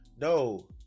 No